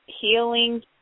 healing